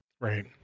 Right